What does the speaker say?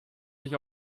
sich